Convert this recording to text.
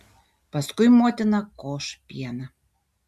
paskui motina koš pieną